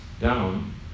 down